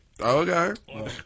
Okay